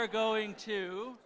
are going to